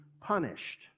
punished